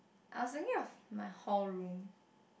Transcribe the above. I was thinking of my hall room